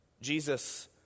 Jesus